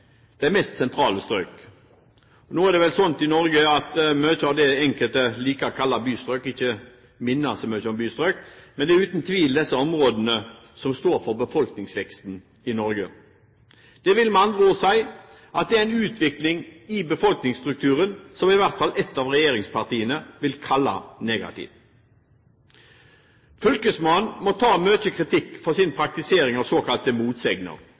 utenfor de mest sentrale strøk. Nå er det vel slik i Norge at mye av det enkelte liker å kalle bystrøk, ikke minner så mye om bystrøk, men det er uten tvil disse områdene som står for befolkningsveksten i Norge. Det vil med andre ord si at det er en utvikling i befolkningsstrukturen som i hvert fall ett av regjeringspartiene vil kalle negativ. Fylkesmannen må ta mye kritikk for sin praktisering av såkalte motsegner,